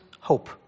hope